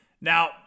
Now